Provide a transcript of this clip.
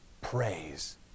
praise